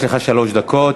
יש לך שלוש דקות.